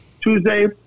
Tuesday